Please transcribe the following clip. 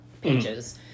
pages